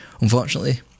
unfortunately